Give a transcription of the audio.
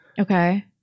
Okay